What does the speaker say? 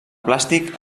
plàstic